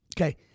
Okay